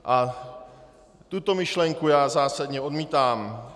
A tuto myšlenku já zásadně odmítám.